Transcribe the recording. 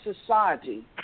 society